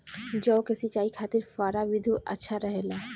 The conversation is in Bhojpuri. जौ के सिंचाई खातिर फव्वारा विधि अच्छा रहेला?